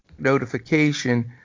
notification